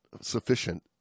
sufficient